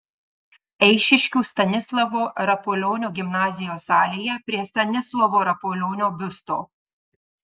eišiškių stanislovo rapolionio gimnazijos salėje prie stanislovo rapolionio biusto